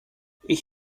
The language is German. ich